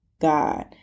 God